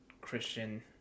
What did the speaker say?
Christian